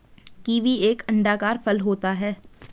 kiwi एक अंडाकार फल होता है